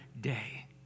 day